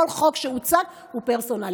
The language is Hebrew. כל חוק שהוצג הוא פרסונלי.